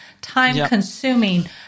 time-consuming